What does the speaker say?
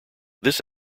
this